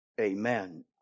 Amen